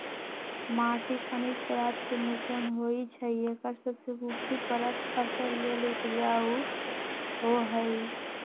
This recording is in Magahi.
माटी खनिज पदार्थ के मिश्रण होइ छइ एकर सबसे उपरी परत फसल लेल उपजाऊ होहइ